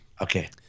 Okay